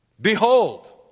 Behold